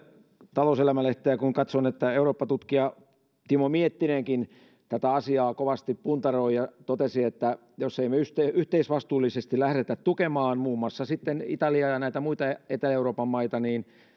talouselämä lehteä niin eurooppa tutkija timo miettinenkin tätä asiaa kovasti puntaroi ja totesi että jos emme me yhteisvastuullisesti lähde tukemaan muun muassa italiaa ja näitä muita etelä euroopan maita niin